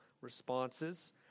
responses